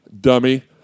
Dummy